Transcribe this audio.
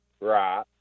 Right